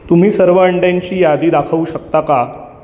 तुम्ही सर्व अंड्यांची यादी दाखवू शकता का